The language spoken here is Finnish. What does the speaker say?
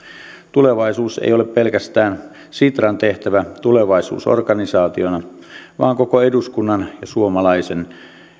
tulevaisuus ei ole pelkästään sitran tehtävä tulevaisuusorganisaationa vaan koko eduskunnan ja suomalaisen